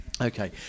Okay